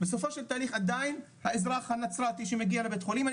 בסופו של תהליך עדיין האזרח הנצרתי שמגיע לבית חולים אני